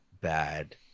bad